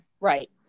Right